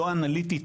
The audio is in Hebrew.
לא אנליטית,